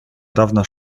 dawna